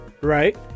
right